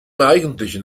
eigentlichen